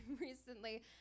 recently